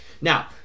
now